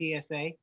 TSA